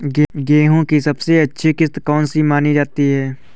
गेहूँ की सबसे अच्छी किश्त कौन सी मानी जाती है?